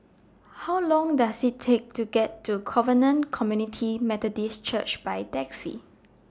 How Long Does IT Take to get to Covenant Community Methodist Church By Taxi